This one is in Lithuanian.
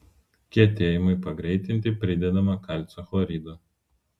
kietėjimui pagreitinti pridedama kalcio chlorido